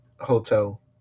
hotel